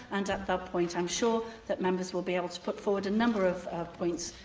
and, at that point, i'm sure that members will be able to put forward a number of of points.